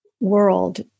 world